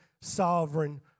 sovereign